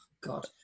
God